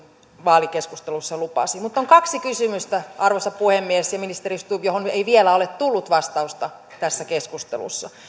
vaalikeskustelussa lupasi mutta on kaksi kysymystä arvoisa puhemies ja ministeri stubb joihin ei vielä ole tullut vastausta tässä keskustelussa